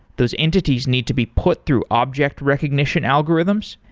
those entities need to be put through object recognition algorithms.